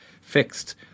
fixed